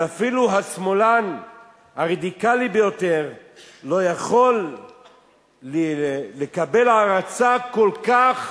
אבל אפילו השמאלן הרדיקלי ביותר לא יכול לקבל הערצה כל כך